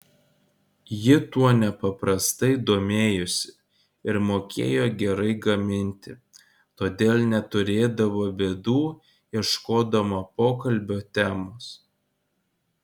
ji tuo nepaprastai domėjosi ir mokėjo gerai gaminti todėl neturėdavo bėdų ieškodama pokalbio temos